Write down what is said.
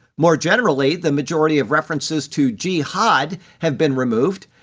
more generally, the majority of references to jihad have been removed,